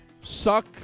suck